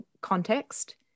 context